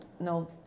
no